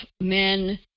men